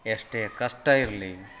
ಎಷ್ಟೇ ಕಷ್ಟ ಇರಲಿ